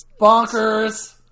Bonkers